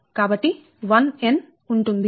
కాబట్టి 1 n ఉంటుంది